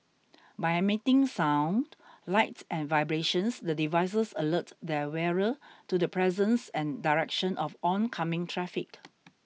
by emitting sound light and vibrations the devices alert their wearer to the presence and direction of oncoming traffic